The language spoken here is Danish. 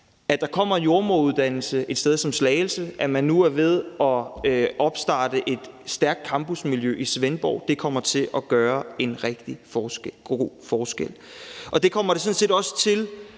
At der kommer en jordemoderuddannelse et sted som Slagelse, og at man nu er ved at opstarte et stærkt campusmiljø i Svendborg, kommer til at gøre en rigtig stor forskel. Det kommer det sådan set også til,